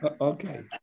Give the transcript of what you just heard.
okay